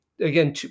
again